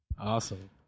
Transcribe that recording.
Awesome